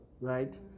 Right